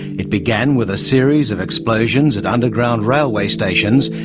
it began with a series of explosions at underground railway stations,